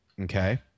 Okay